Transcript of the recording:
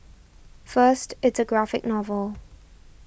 first it's a graphic novel